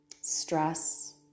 stress